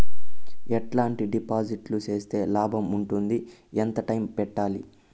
ఎట్లాంటి డిపాజిట్లు సేస్తే లాభం ఉంటుంది? ఎంత టైము పెట్టాలి?